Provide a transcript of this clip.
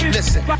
Listen